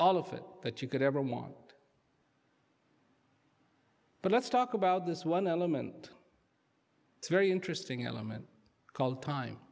all of it that you could ever want but let's talk about this one element it's very interesting element called time